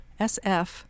SF